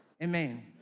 Amen